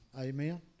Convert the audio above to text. Amen